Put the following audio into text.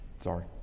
Sorry